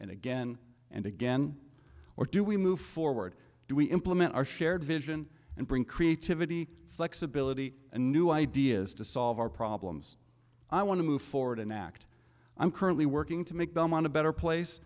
and again and again or do we move forward do we implement our shared vision and bring creativity flexibility and new ideas to solve our problems i want to move forward and act i'm currently working to make them want a better place